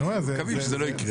אנחנו מקווים שזה לא יקרה.